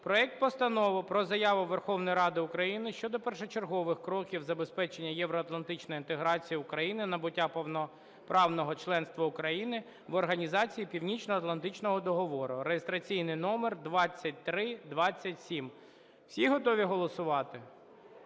проект Постанови про Заяву Верховної Ради України "Щодо першочергових кроків забезпечення євроатлантичної інтеграції України – набуття повноправного членства України в Організації Північноатлантичного договору" (реєстраційний номер 2327). Всі готові голосувати?